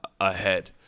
ahead